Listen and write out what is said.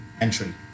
entry